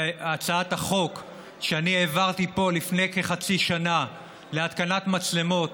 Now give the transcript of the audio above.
והצעת החוק שאני העברתי פה לפני כחצי שנה להתקנת מצלמות